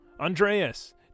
Andreas